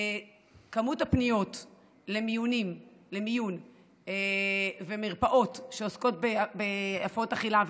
מספר הפניות למיון ולמרפאות שעוסקות בהפרעות אכילה,